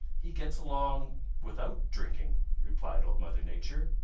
he gets along without drinking, replied old mother nature.